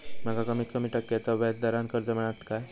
माका कमीत कमी टक्क्याच्या व्याज दरान कर्ज मेलात काय?